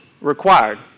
required